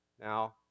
Now